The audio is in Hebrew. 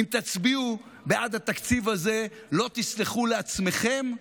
אם תצביעו בעד התקציב הזה, לא תסלחו לעצמכם,